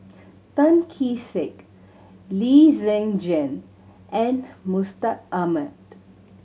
Tan Kee Sek Lee Zhen Jane and Mustaq Ahmad